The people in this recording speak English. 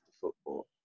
football